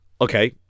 Okay